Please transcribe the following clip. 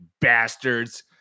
bastards